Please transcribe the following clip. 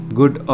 good